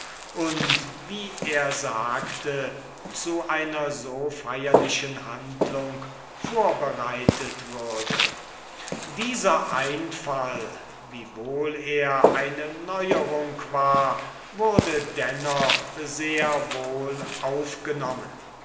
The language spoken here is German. und wie er sagte zu einer so feierlichen handlung vorbereitet würde dieser einfall wiewohl er eine neuerung war wurde dennoch sehr wohl aufgenommen